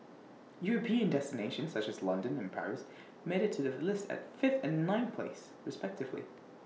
european destinations such as London and Paris made IT to the list at fifth and ninth place respectively